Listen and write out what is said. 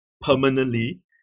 permanently